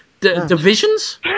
Divisions